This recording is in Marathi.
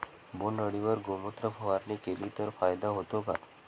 बोंडअळीवर गोमूत्र फवारणी केली तर फायदा होतो का?